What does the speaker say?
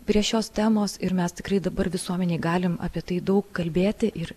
prie šios temos ir mes tikrai dabar visuomenėj galim apie tai daug kalbėti ir